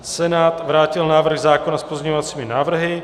Senát vrátil návrh zákona s pozměňovacími návrhy.